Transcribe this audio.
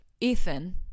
ethan